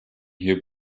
hier